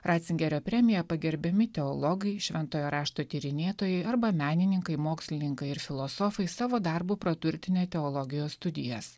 ratzingerio premija pagerbiami teologai šventojo rašto tyrinėtojai arba menininkai mokslininkai ir filosofai savo darbu praturtinę teologijos studijas